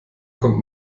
kommt